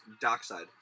Dockside